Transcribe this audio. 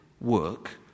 work